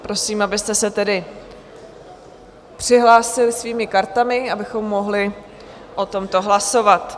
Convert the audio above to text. Prosím, abyste se tedy přihlásili svými kartami, abychom mohli o tomto hlasovat.